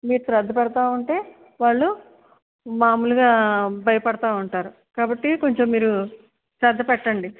మీరు శ్రద్ధ పెడతూ ఉంటే వాళ్ళు మామూలుగా భయపడతూ ఉంటారు కాబట్టి కొంచెం మీరు శ్రద్ధ పెట్టండి